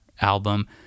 album